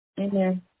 Amen